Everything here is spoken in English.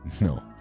No